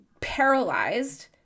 paralyzed